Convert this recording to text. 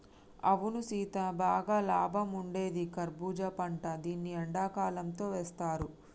అవును సీత బాగా లాభం ఉండేది కర్బూజా పంట దీన్ని ఎండకాలంతో వేస్తారు